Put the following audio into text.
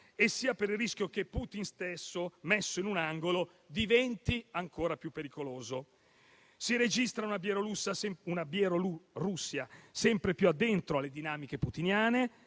sia per il rischio che Putin stesso, messo in un angolo, diventi ancora più pericoloso. Si registrano una Bielorussia sempre più dentro le dinamiche putiniane,